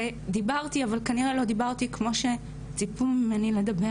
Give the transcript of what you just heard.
ודיברתי אבל כנראה לא דיברתי כמו שציפו ממני לדבר